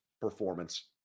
performance